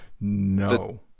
No